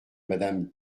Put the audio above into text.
madame